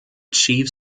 chief